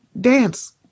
dance